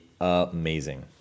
amazing